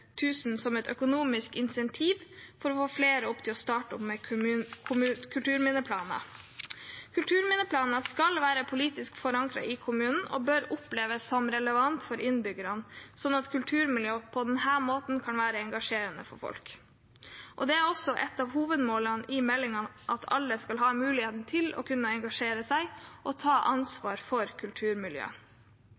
som et økonomisk insentiv for å få flere til å starte med kulturminneplaner. Kulturminneplaner skal være politisk forankret i kommunen og bør oppleves som relevante for innbyggerne, sånn at kulturmiljøet på denne måten kan være engasjerende for folk. Det er også et av hovedmålene i meldingen at alle skal ha muligheten til å kunne engasjere seg og ta